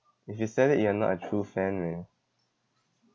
if you sell it you are not a true fan man